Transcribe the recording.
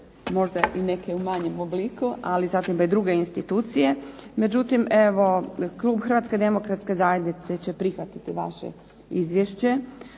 možda i neke u manjem obliku, ali zato imaju druge institucije. Međutim evo klub Hrvatske demokratske zajednice će prihvatiti vaše izvješće